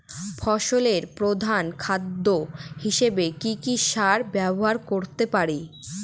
ফসলের প্রধান খাদ্য হিসেবে কি কি সার ব্যবহার করতে পারি?